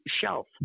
shelf